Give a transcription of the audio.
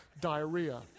diarrhea